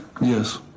Yes